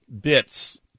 bits